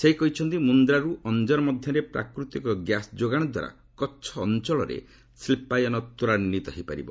ସେ କହିଛନ୍ତି ମୁନ୍ଦ୍ରାରୁ ଅଞ୍ଜର ମଧ୍ୟରେ ପ୍ରାକୃତିକ ଗ୍ୟାସ୍ ଯୋଗାଣ ଦ୍ୱାରା କଚ୍ଛ ଅଞ୍ଚଳରେ ଶିଳ୍ପାୟନ ତ୍ୱରାନ୍ଧିତ ହୋଇପାରିବ